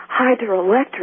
hydroelectric